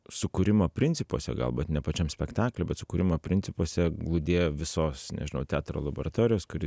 sukūrimo principuose gal bet ne pačiam spektaklyje bet sukūrimo principuose glūdėjo visos nežinau teatro laboratorijos kuri